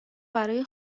برای